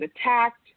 attacked